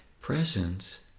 Presence